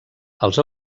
els